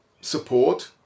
support